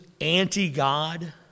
anti-God